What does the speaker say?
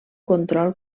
control